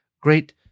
Great